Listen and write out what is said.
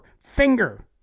Finger